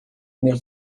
mil